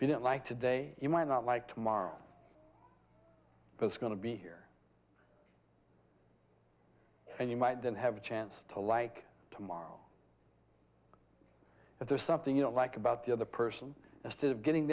if you don't like today you might not like tomorrow is going to be here and you might then have a chance to like tomorrow if there's something you don't like about the other person instead of getting